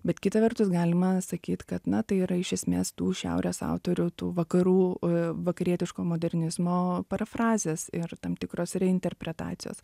bet kitą vertus galima sakyt kad na tai yra iš esmės tų šiaurės autorių tų vakarų vakarietiško modernizmo parafrazės ir tam tikros interpretacijos